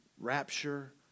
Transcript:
rapture